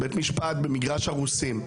בית משפט במגרש הרוסים.